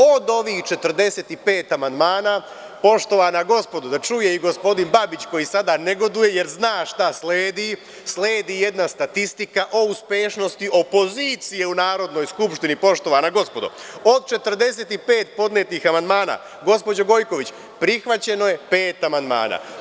Od ovih 45 amandmana, poštovana gospodo, da čuje i gospodin Babić, koji sada negoduje jer zna šta sledi, sledi jedna statistika o uspešnosti opozicije u Narodnoj skupštini, poštovana gospodo, od 45 podnetih amandmana, gospođo Gojković, prihvaćeno je pet amandmana.